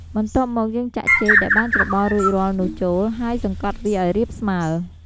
បន្ទាប់មកយើងចាក់ចេកដែលបានច្របល់រួចរាល់នោះចូល ហើយសង្កត់វាឱ្យរាបស្មើ។